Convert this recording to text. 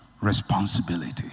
responsibility